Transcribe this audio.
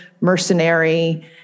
mercenary